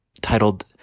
titled